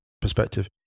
perspective